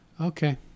Okay